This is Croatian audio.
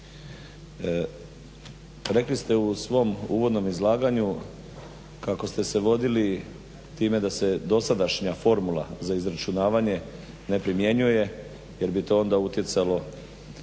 rekli ste u svom uvodnom izlaganju kako ste se vodili time da se dosadašnja formula za izračunavanje ne primjenjuje jer bi to onda utjecalo.